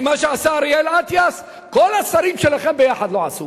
כי מה שעשה אריאל אטיאס כל השרים שלכם יחד לא עשו.